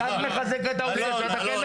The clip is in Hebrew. אלן,